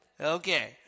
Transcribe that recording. Okay